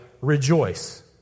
rejoice